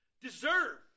deserve